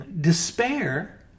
despair